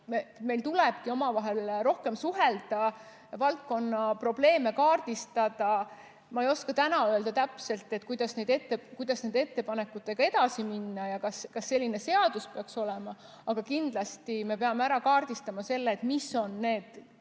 meil tulebki omavahel rohkem suhelda ja valdkonna probleeme kaardistada. Ma ei oska täna öelda täpselt, kuidas nende ettepanekutega edasi minna ja kas selline seadus peaks olema, aga kindlasti me peame ära kaardistama selle, mis on veel